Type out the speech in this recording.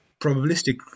probabilistic